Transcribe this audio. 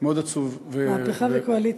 מאוד עצוב, מהפכה בקואליציה.